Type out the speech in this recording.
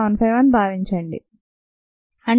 75 అని భావించండి